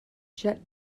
jet